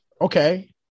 Okay